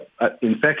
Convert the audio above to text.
infection